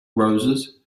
roses